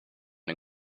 den